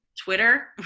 Twitter